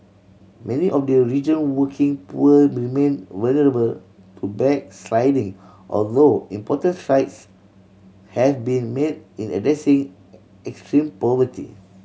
many of the region working poor remain vulnerable to backsliding although important strides have been made in addressing extreme poverty